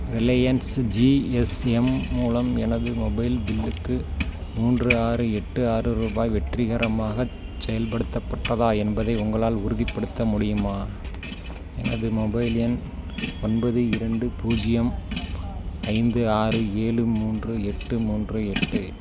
Reliance GSM மூலம் எனது mobile பில்லுக்கு மூன்று ஆறு எட்டு ஆறு ரூபாய் வெற்றிகரமாகச் செயல்படுத்தப்பட்டதா என்பதை உங்களால் உறுதிப்படுத்த முடியுமா எனது மொபைல் எண் ஒன்பது இரண்டு பூஜ்ஜியம் ஐந்து ஆறு ஏழு மூன்று எட்டு மூன்று எட்டு